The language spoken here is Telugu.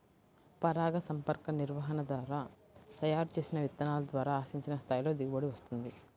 పరాగసంపర్క నిర్వహణ ద్వారా తయారు చేసిన విత్తనాల ద్వారా ఆశించిన స్థాయిలో దిగుబడి వస్తుంది